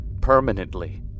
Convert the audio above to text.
Permanently